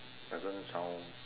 doesn't sound